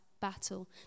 battle